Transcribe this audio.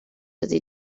ydy